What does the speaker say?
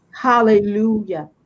Hallelujah